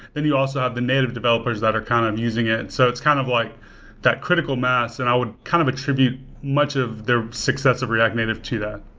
then you also have the native developers that are kind of using it. and so it's kind of like that critical mass, and i would kind of attribute much of the success of react native to that.